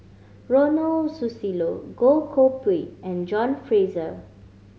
Ronald Susilo Goh Koh Pui and John Fraser